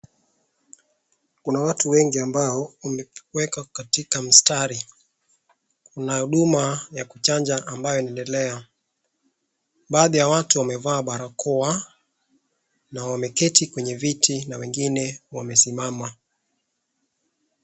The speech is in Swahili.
Kuna watu wengi ambao wamewekwa katika mstari. Kuna huduma ya kuchanja ambayo inaendelea. Baadhi ya watu wamevaa barakoa, na wameketi kwenye viti na wengine wamesimama.